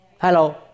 Hello